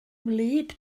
wlyb